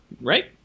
Right